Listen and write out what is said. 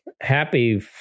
happy